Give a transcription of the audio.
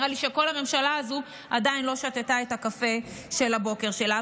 נראה לי שכל הממשלה הזו עדיין לא שתתה את הקפה של הבוקר שלה.